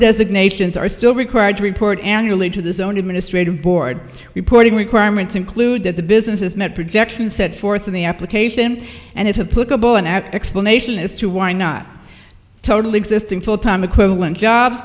designations are still required to report annually to the zone administrative board reporting requirements include that the business has met projections set forth in the application and explanation as to why not total existing full time equivalent jobs